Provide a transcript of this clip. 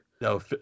No